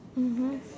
mmhmm